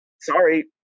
sorry